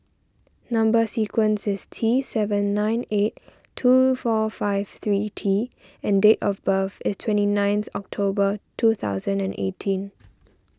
Number Sequence is T seven nine eight two four five three T and date of birth is twenty ninth October twenty eighteen